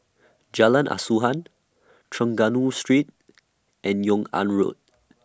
Jalan Asuhan Trengganu Street and Yung An Road